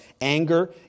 anger